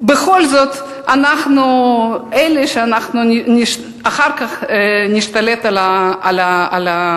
ובכל זאת אנחנו אלה שאחר כך נשתלט על העיר.